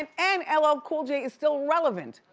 and and ll ah cool j is still relevant,